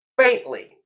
faintly